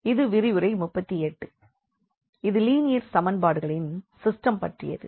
இது விரிவுரை 38 இது லீனியர் சமன்பாடுகளின் சிஸ்டம் பற்றியது